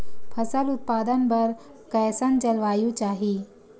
फसल उत्पादन बर कैसन जलवायु चाही?